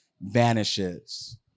vanishes